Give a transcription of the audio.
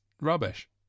rubbish